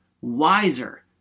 wiser